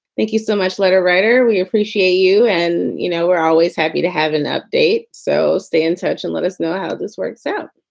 thank you so much, letter writer. we appreciate you. and, you know, we're always happy to have an update. so stay in touch and let us know how this works out.